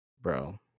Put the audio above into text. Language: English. Bro